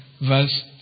verse